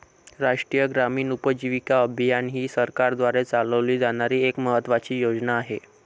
राष्ट्रीय ग्रामीण उपजीविका अभियान ही सरकारद्वारे चालवली जाणारी एक महत्त्वाची योजना आहे